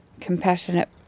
compassionate